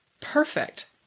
Perfect